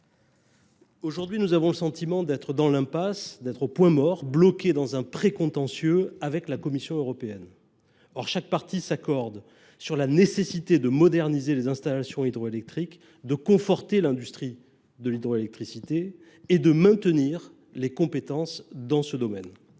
Aujourd’hui, nous avons le sentiment d’être dans une impasse, au point mort, bloqués dans un précontentieux avec la Commission européenne. Chaque partie s’accorde sur la nécessité de moderniser les installations hydroélectriques, de conforter l’industrie de l’hydroélectricité et de maintenir les compétences dans ce domaine.